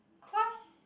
cause